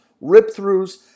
rip-throughs